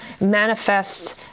manifests